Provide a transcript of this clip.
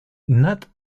nat